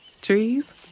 Trees